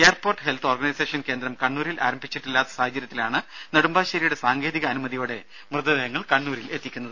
airport health organisation കേന്ദ്രം കണ്ണൂരിൽ ആരംഭിച്ചിട്ടില്ലാത്ത സാഹചര്യത്തിലാണ് നെടുമ്പാശ്ശേരിയുടെ സാങ്കേതികാനുമതിയോടെ മൃതദേഹങ്ങൾ കണ്ണൂരിലെത്തിക്കുന്നത്